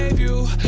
you,